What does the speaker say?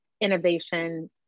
innovation